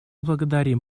благодарим